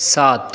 सात